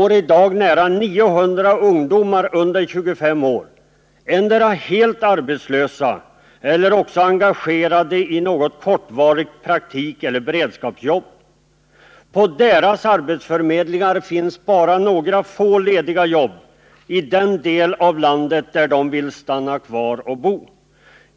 är i dag nära 900 ungdomar under 25 år endera helt arbetslösa eller också engagerade i något kortvarigt praktikeller beredskapsjobb. På deras arbetsförmedlingar finns bara några få lediga jobb i den del av landet där de vill stanna kvar och bo.